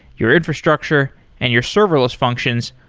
your infrastructure and your serverless functions,